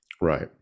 right